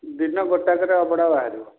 ଦିନ ଗୋଟାକରେ ଅଭଡ଼ା ବାହାରିବ